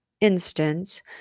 instance